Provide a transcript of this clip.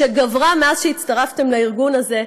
שגברה מאז שהצטרפתם לארגון הזה,